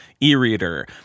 e-reader